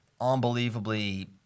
unbelievably